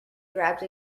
grabbed